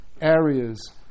areas